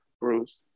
Bruce